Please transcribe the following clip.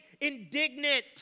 indignant